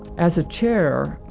as a chair,